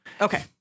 Okay